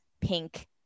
pink